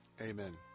Amen